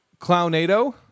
Clownado